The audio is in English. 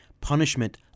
punishment